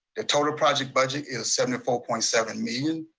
the total project budget is seventy four point seven million